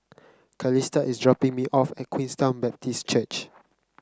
Calista is dropping me off at Queenstown Baptist Church